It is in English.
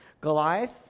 Goliath